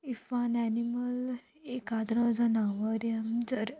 if a animal एकाद्रो जनावर या जर